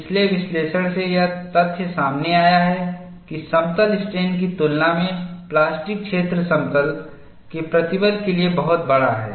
पिछले विश्लेषण से यह तथ्य सामने आया है कि समतल स्ट्रेन की तुलना में प्लास्टिक क्षेत्र समतल के प्रतिबल के लिए बहुत बड़ा है